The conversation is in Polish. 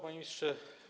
Panie Ministrze!